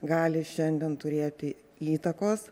gali šiandien turėti įtakos